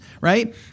right